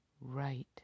right